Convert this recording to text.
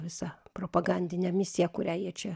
visą propagandinę misiją kurią jie čia